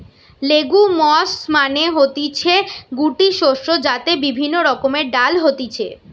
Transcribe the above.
legumes মানে হতিছে গুটি শস্য যাতে বিভিন্ন রকমের ডাল হতিছে